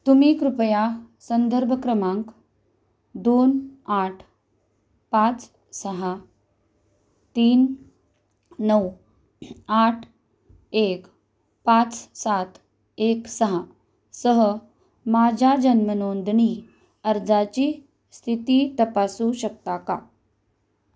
तुम्ही कृपया संदर्भ क्रमांक दोन आठ पाच सहा तीन नऊ आठ एक पाच सात एक सहासह माझ्या जन्मनोंदणी अर्जाची स्थिती तपासू शकता का